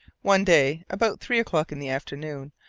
one day, about three o'clock in the afternoon,